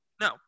no